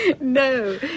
No